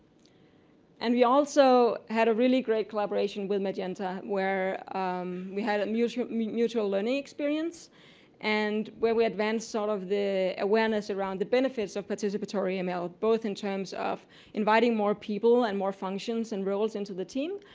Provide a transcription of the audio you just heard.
and we also had a really great collaboration with magenta where we had a mutual mutual learning experience and where we advanced all of the awareness around the benefits of participatory ml, both in terms of inviting more people and more functions and roles into the team,